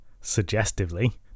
Suggestively